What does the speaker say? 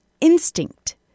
instinct